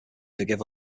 forgive